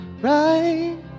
right